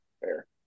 fair